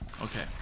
Okay